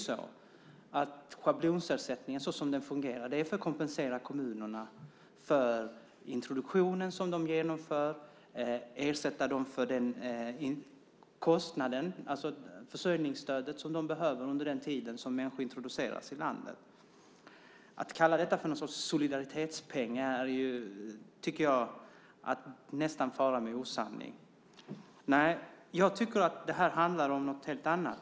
Schablonersättningen så som den fungerar är till för att kompensera kommunerna för den introduktion som de genomför och ersätta dem för det försörjningsstöd som människor behöver under den tid som de introduceras i landet. Att kalla detta för någon sorts solidaritetspeng tycker jag nästan är att fara med osanning. Jag tycker att det här handlar om något helt annat.